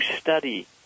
study